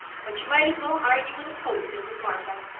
but you might as well argue with a post as with martha.